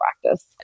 practice